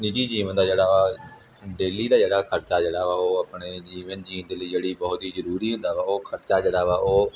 ਨਿੱਜੀ ਜੀਵਨ ਦਾ ਜਿਹੜਾ ਵਾ ਡੇਲੀ ਦਾ ਜਿਹੜਾ ਖਰਚਾ ਜਿਹੜਾ ਵਾ ਉਹ ਆਪਣੇ ਜੀਵਨ ਜਿਊਣ ਦੇ ਲਈ ਜਿਹੜੀ ਬਹੁਤ ਹੀ ਜ਼ਰੂਰੀ ਹੁੰਦਾ ਵਾ ਉਹ ਖਰਚਾ ਜਿਹੜਾ ਵਾ ਉਹ